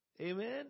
Amen